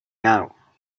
now